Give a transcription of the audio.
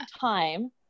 time